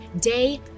day